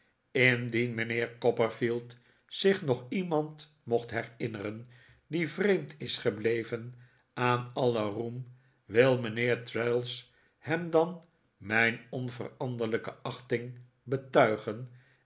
indien mijnheer copperfield zich nog iemand mocht herinneren die vreemd is gebleven aan alien roem wil mijnheer traddles hem dan mijn onveranderlijke achting betuigen